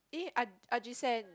eh ah Ajisen